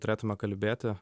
turėtume kalbėti